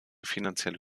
finanzielle